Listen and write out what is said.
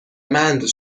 مند